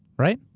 right?